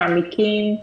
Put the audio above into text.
מעמיקים,